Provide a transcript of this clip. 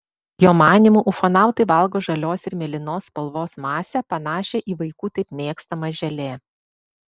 jo manymu ufonautai valgo žalios ir mėlynos spalvos masę panašią į vaikų taip mėgstamą želė